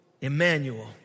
Emmanuel